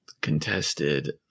contested